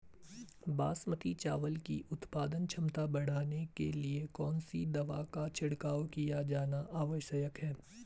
बासमती चावल की उत्पादन क्षमता बढ़ाने के लिए कौन सी दवा का छिड़काव किया जाना आवश्यक है?